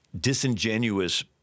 disingenuous